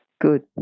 Good